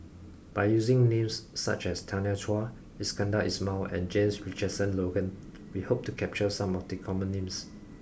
by using names such as Tanya Chua Iskandar Ismail and James Richardson Logan we hope to capture some of the common names